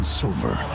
silver